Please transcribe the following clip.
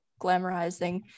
glamorizing